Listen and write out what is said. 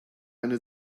eine